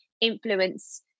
influence